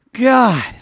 God